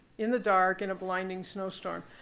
in the dark in a blinding snowstorm.